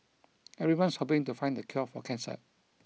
everyone's hoping to find the cure for cancer